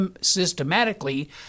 systematically